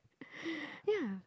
yeah